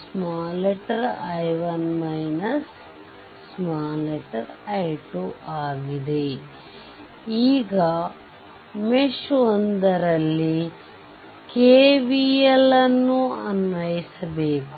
I2i1 i2 ಆಗಿದೆ ಈಗ mesh 1 ರಲ್ಲಿ KVL ಅನ್ವಯಿಸಿಬೇಕು